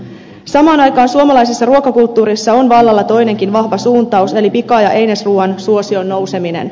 samaan aikaan suomalaisessa ruokakulttuurissa on vallalla toinenkin vahva suuntaus eli pika ja einesruoan suosion nouseminen